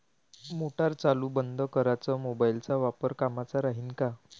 Motor चालू बंद कराच मोबाईलचा वापर कामाचा राहीन का?